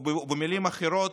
או במילים אחרות,